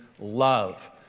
love